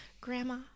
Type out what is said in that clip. grandma